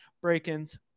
Break-ins